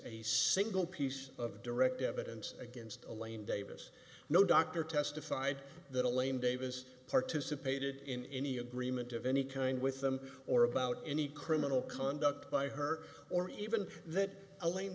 a single piece of direct evidence against elaine davis no doctor testified that elaine davis participated in any agreement of any kind with them or about any criminal conduct by her or even that